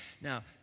Now